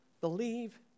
believe